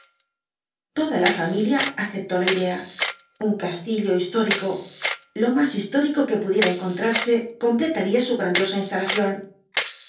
toda la familia aceptó la idea un castillo histórico lo más histórico que pudiera encontrarse completaría su grandiosa instalación